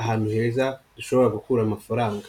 ahantu heza ishobora gukura amafaranga.